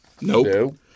Nope